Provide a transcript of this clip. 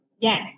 Yes